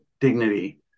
dignity